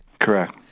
Correct